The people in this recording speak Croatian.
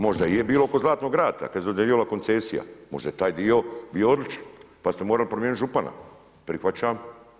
Možda je bilo oko Zlatnog rata kada se dodjeljivala koncesija, možda je taj dio bio odličan pa ste morali promijeniti župana, prihvaćam.